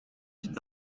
did